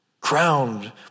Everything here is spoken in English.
crowned